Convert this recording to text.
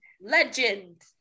Legend